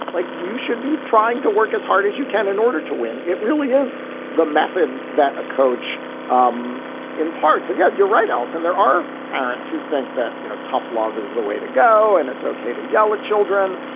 like you should be trying to work as hard as you can in order to win. it really is the method that a coach um imparts and yeah you're right else and there are parents who think that you know tough love is the way to go and it's ok to yell at children.